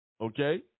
Okay